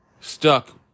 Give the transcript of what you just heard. stuck